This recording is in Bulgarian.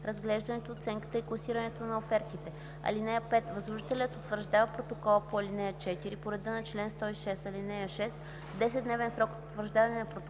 разглеждането, оценката и класирането на офертите. (5) Възложителят утвърждава протокола по ал. 4 по реда на чл. 106. (6) В 10-дневен срок от утвърждаване на протокола